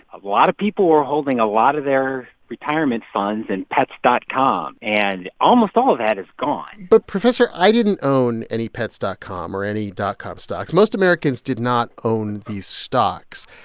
a lot of people were holding a lot of their retirement funds in and pets dot com, and almost all of that is gone but, professor, i didn't own any pets dot com or any dot-com stocks. most americans did not own these stocks.